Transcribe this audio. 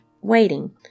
waiting